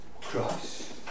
Christ